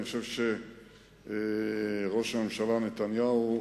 אני חושב שראש הממשלה נתניהו,